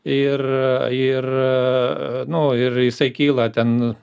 ir ir nu ir jisai kyla ten